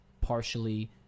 partially